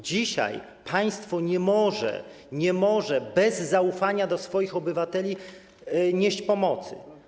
Dzisiaj państwo nie może bez zaufania do swoich obywateli nieść pomocy.